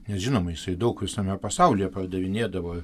nes žinoma jisai daug visame pasaulyje pardavinėdavo